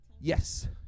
Yes